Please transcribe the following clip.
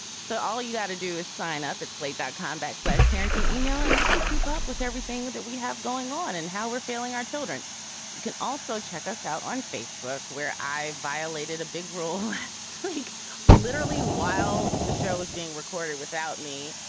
so all you have to do is sign up at slate that combat flash parenting email and you can keep up with everything that we have going on and how we're failing our children you can also check us out on facebook where i've violated a big rule tweak literally while the show is being recorded without me.